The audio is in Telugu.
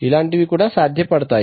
ఇలాంటివి కూడా సాధ్యపడుతాయి